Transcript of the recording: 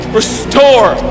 restore